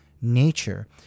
nature